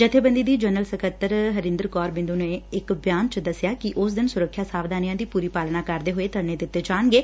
ਜੱਬੇਬੰਦੀ ਦੀ ਜਨਰਲ ਸਕੱਤਰ ਹਰਿੰਦਰ ਕੌਰ ਬਿੰਦੁ ਨੇ ਇਕ ਬਿਆਨ ਚ ਦਸਿਆ ਕਿ ਉਸ ਦਿਨ ਸੁਰੱਖਿਆ ਸਾਵਧਾਨੀਆਂ ਦੀ ਪੂਰੀ ਪਾਲਣਾ ਕਰਦੇ ਹੋਏ ਧਰਨੇ ਦਿੱਡੇ ਜਾਣਗੇ